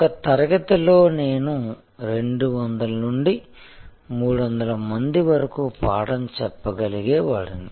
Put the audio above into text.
ఒక తరగతిలో నేను 200 నుండి 300 మంది వరకు పాఠం చెప్పగలిగే వాడిని